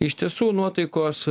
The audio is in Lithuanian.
iš tiesų nuotaikos